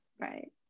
Right